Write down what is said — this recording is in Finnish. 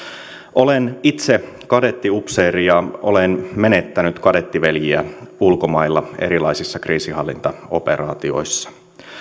olen itse kadettiupseeri ja olen menettänyt kadettiveljiä ulkomailla erilaisissa kriisinhallintaoperaatioissa